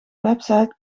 website